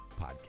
podcast